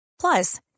Plus